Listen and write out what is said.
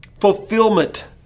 fulfillment